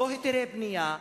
לא היתרי בנייה,